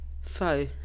Foe